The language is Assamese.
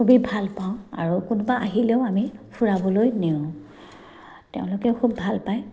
খুবেই ভাল পাওঁ আৰু কোনোবা আহিলেও আমি ফুৰাবলৈ নিওঁ তেওঁলোকেও খুব ভাল পায়